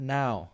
now